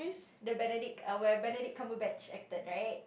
the Benedict where Benedict-Cumberbatch acted right